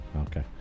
Okay